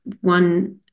one